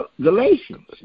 Galatians